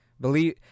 Believe